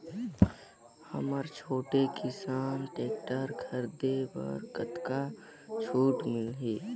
हमन छोटे किसान टेक्टर खरीदे बर कतका छूट मिलही?